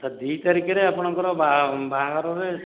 ଆଛା ଦୁଇ ତାରିଖରେ ଆପଣଙ୍କର ବାହା ବାହାଘରରେ